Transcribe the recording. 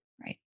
Right